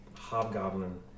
hobgoblin